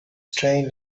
strange